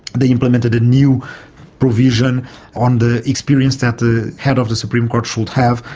they implemented a new provision on the experience that the head of the supreme court should have,